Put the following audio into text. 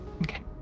Okay